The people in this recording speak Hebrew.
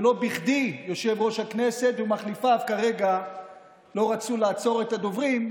ולא בכדי יושב-ראש הכנסת ומחליפיו כרגע לא רצו לעצור את הדוברים,